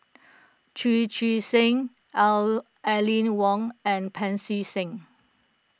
Chu Chee Seng O Aline Wong and Pancy Seng